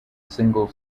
single